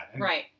Right